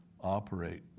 operate